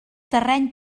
terreny